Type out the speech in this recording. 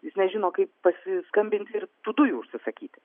jis nežino kaip pasiskambinti ir tų dujų užsisakyti